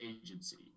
agency